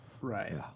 Right